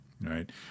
right